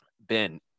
Ben